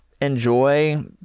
enjoy